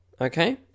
okay